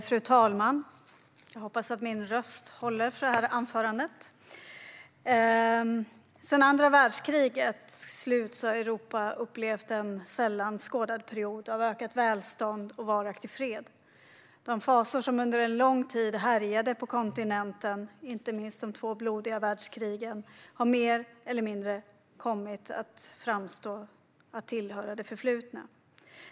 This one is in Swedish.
Fru talman! Sedan andra världskrigets slut har Europa upplevt en sällan skådad period av ökat välstånd och varaktig fred. De fasor som under en lång tid härjade på kontinenten, inte minst de två blodiga världskrigen, har mer eller mindre kommit att framstå som något som tillhör det förflutna.